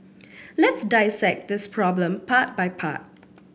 let's dissect this problem part by part